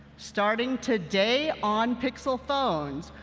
starting today on pixel phones,